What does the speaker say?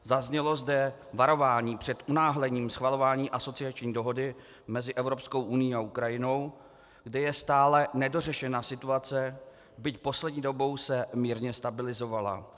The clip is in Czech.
Zaznělo zde varování před unáhleným schvalování asociační dohody mezi Evropskou unií a Ukrajinou, kde je stále nedořešena situace, byť poslední dobou se mírně stabilizovala.